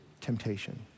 temptation